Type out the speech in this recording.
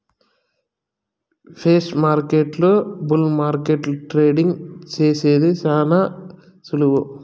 షేర్మార్కెట్ల బుల్ మార్కెట్ల ట్రేడింగ్ సేసేది శాన సులువు